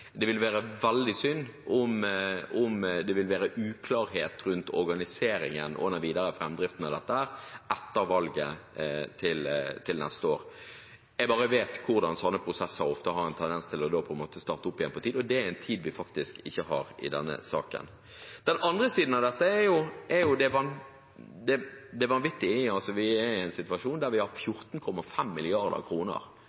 Det vil være veldig synd om det vil være uklarhet rundt organiseringen og den videre framdriften av dette etter valget til neste år. Jeg bare vet hvordan sånne prosesser ofte har en tendens til å starte opp igjen med tanke på tid, og det er en tid vi faktisk ikke har i denne saken. Den andre siden av dette er det vanvittige i at vi er i en situasjon der 14,5 mrd. kr er det som det